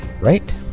right